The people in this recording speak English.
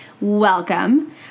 welcome